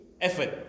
effort